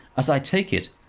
as i take it,